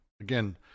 again